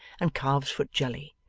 and calves'-foot jelly,